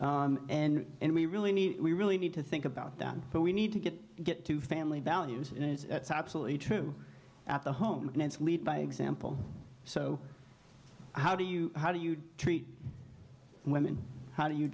hollywood and and we really need we really need to think about that but we need to get get to family values and it's absolutely true at the home and lead by example so how do you how do you treat women how do you